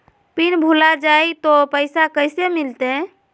Pin भूला जाई तो पैसा कैसे मिलते?